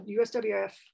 USWF